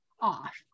off